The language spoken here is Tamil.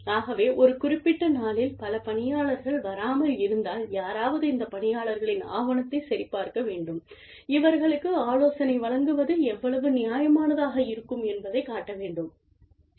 ஆகவே ஒரு குறிப்பிட்ட நாளில் பல பணியாளர்கள் வராமல் இருந்தால் யாராவது இந்த பணியாளர்களின் ஆவணத்தைச் சரிபார்க்க வேண்டும் இவர்களுக்கு ஆலோசனை வழங்குவது எவ்வளவு நியாயமானதாக இருக்கும் என்பதைக் காட்ட வேண்டும்